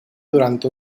durante